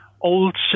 old